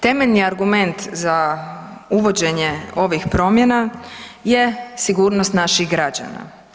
Temeljni argument za uvođenje ovih promjena je sigurnost naših građana.